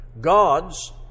God's